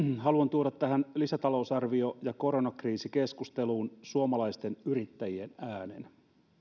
haluan tuoda tähän lisätalousarvio ja koronakriisikeskusteluun suomalaisten yrittäjien äänen